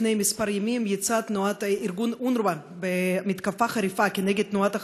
לפני כמה ימים יצא ארגון אונר"א במתקפה חריפה כנגד תנועת ה"חמאס"